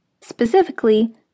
Specifically